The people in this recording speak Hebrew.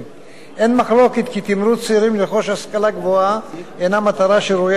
אין מחלוקת כי תמרוץ צעירים לרכוש השכלה גבוהה הינו מטרה שראוי לקדם.